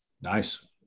Nice